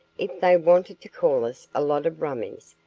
if they wanted to call us a lot of rummies,